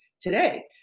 today